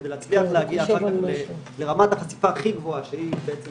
כדי להצליח להגיע אחר כך לרמת החשיפה הכי גבוהה שהיא בעצם